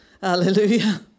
Hallelujah